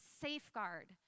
safeguard